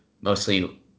mostly